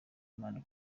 imana